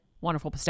wonderful